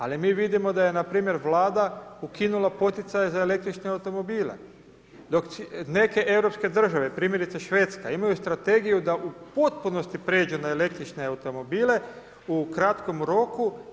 Ali mi vidimo da je na primjer Vlada ukinula poticaje za električne automobile, dok neke europske države primjerice Švedska imaju strategiju da u potpunosti prijeđu na električne automobile u kratkom roku.